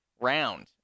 round